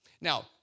Now